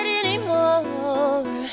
anymore